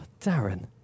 Darren